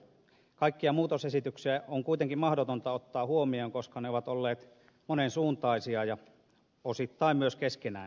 kaikkia muutosesityksiä on kuitenkin mahdotonta ottaa huomioon koska ne ovat olleet monen suuntaisia ja osittain myös keskenään ristiriitaisia